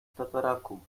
tataraku